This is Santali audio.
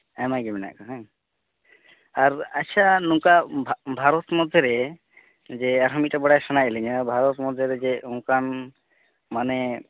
ᱟᱭᱢᱟ ᱜᱮ ᱢᱮᱱᱟᱜ ᱠᱚᱣᱟ ᱵᱟᱝ ᱟᱨ ᱟᱪᱪᱷᱟ ᱱᱚᱝᱠᱟ ᱵᱷᱟᱨᱚᱛ ᱢᱚᱫᱽᱫᱷᱮ ᱨᱮ ᱡᱮ ᱟᱨᱦᱚᱸ ᱢᱤᱫᱴᱮᱱ ᱵᱟᱲᱟᱭ ᱥᱟᱱᱟᱭᱮᱫ ᱞᱤᱧᱟᱹ ᱵᱷᱟᱨᱚᱛ ᱢᱚᱫᱽᱫᱷᱮ ᱨᱮ ᱡᱮ ᱚᱱᱠᱟᱱ ᱢᱟᱱᱮ